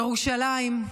ירושלים,